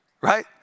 right